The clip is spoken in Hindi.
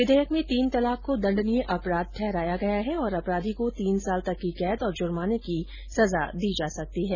विधेयक में तीन तलाक को दण्डनीय अपराध ठहराया गया है और अपराधी को तीन साल तक की कैद और जुर्माने की सजा दी जा सकती है